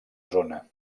zona